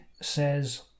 says